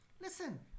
listen